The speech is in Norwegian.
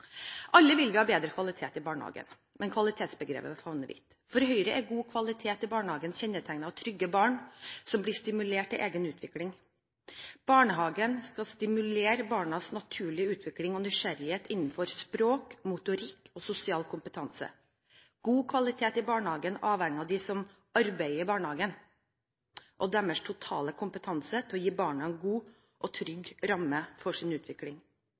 Alle vil vi ha bedre kvalitet i barnehagene, men kvalitetsbegrepet favner vidt. For Høyre er god kvalitet i barnehagen kjennetegnet av trygge barn som blir stimulert til egen utvikling. Barnehagen skal stimulere barnas naturlig utvikling og nysgjerrighet innenfor språk, motorikk og sosial kompetanse. God kvalitet i barnehagen avhenger av dem som arbeider i barnhagen og deres totale kompetanse til å gi barna en god og trygg ramme for sin utvikling.